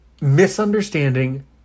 misunderstanding